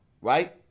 right